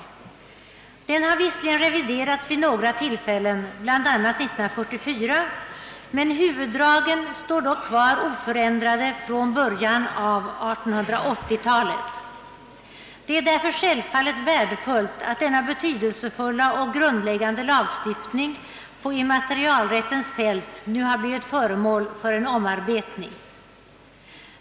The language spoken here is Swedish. Lagen har visserligen reviderats vid några tillfällen — bl.a. 1944, men huvuddragen står kvar oförändrade från början av 1880-talet. Det är därför självfallet värdefullt, att denna betydelsefulla och grundläggande lagstiftning på immaterialrättens fält nu blivit föremål för omarbetning.